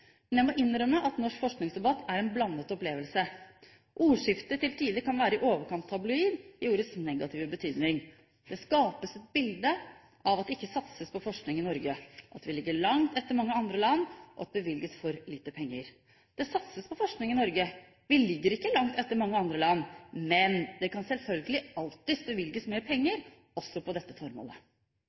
Men jeg må innrømme at norsk forskningsdebatt er en blandet opplevelse. Ordskiftet kan til tider være i overkant tabloid, i ordets negative betydning. Det skapes et bilde av at det ikke satses på forskning i Norge, at vi ligger langt etter mange andre land, og at det bevilges for lite penger. Det satses på forskning i Norge, vi ligger ikke langt etter mange andre land. Men det kan selvfølgelig alltid bevilges mer penger, også til dette formålet.